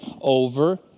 over